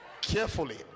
carefully